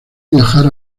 viajar